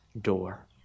door